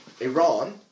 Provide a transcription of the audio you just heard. Iran